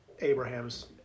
Abraham's